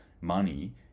money